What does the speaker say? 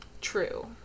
True